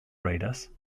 raiders